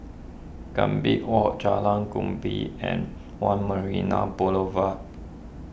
Gambir Walk Jalan Kemuning and one Marina Boulevard